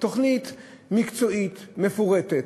תוכנית מקצועית, מפורטת,